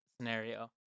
scenario